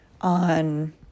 on